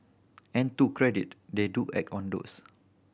and to credit they do act on those